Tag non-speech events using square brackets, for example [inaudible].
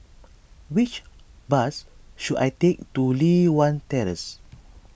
which bus should I take to Li Hwan Terrace [noise]